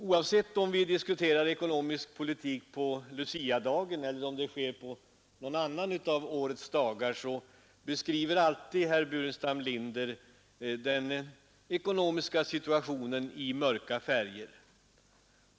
Oavsett om vi diskuterar ekonomisk politik på Luciadagen eller om det sker på någon annan av årets dagar beskriver alltid herr Burenstam Linder den ekonomi situationen i mörka färger.